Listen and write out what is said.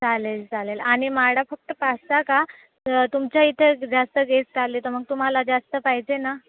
चालेल चालेल आणि माळा फक्त पाच सहा का तुमच्या इथे जास्त गेस्ट आले तर मग तुम्हाला जास्त पाहिजे ना